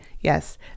Yes